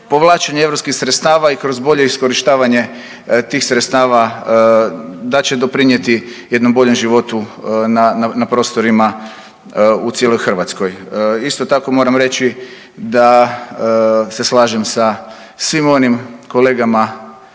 povlačenje europskih sredstava i kroz bolje iskorištavanje tih sredstava da će doprinijeti jednom boljem životu na prostorima u cijeloj Hrvatskoj. Isto tako moram reći da se slažem sa svim onim kolegama